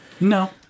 No